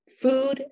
food